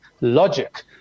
logic